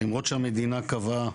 למרות שהמדינה קבעה.